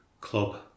club